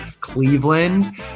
Cleveland